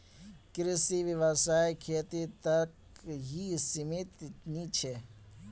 कृषि व्यवसाय खेती तक ही सीमित नी छे